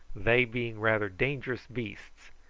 they being rather dangerous beasts,